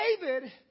David